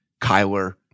Kyler